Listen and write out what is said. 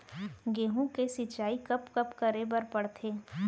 गेहूँ के सिंचाई कब कब करे बर पड़थे?